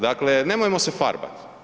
Dakle, nemojmo se farbat.